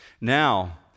Now